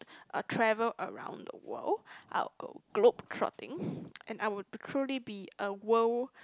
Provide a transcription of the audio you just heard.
travel around the world I'd go globe trotting and I would truly be a world